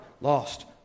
lost